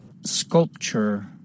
Sculpture